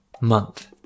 month